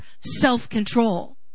self-control